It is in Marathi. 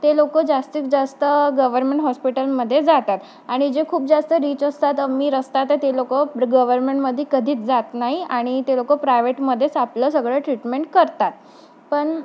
ते लोक जास्तीत जास्त गवर्मेंट हॉस्पिटलमध्ये जातात आणि जे खूप जास्त रीच असतात अमीर असतात तर ते लोक गव्हर्मेंटमध्ये कधीच जात नाही आणि ते लोक प्रायव्हेटमध्येच आपलं सगळं ट्रीटमेंट करतात पण